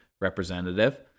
representative